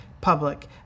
public